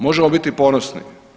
Možemo biti ponosni.